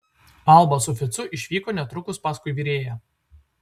alba su ficu išvyko netrukus paskui virėją